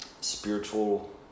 spiritual